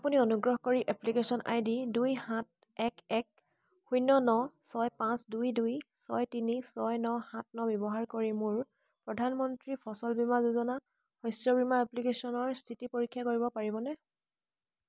আপুনি অনুগ্ৰহ কৰি এপ্লিকেশ্যন আই ডি দুই সাত এক এক শূন্য ন ছয় পাঁচ দুই দুই ছয় তিনি ছয় ন সাত ন ব্যৱহাৰ কৰি মোৰ প্ৰধানমন্ত্ৰী ফচল বীমা যোজনা শস্য বীমা এপ্লিকেশ্যনৰ স্থিতি পৰীক্ষা কৰিব পাৰিবনে